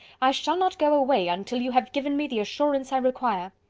i shall not go away and till you have given me the assurance i require.